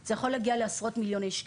זה יכול להגיע לעשרות מיליוני שקלים,